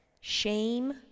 shame